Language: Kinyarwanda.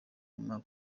ugura